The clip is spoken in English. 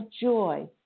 joy